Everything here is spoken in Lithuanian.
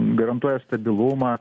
garantuoja stabilumą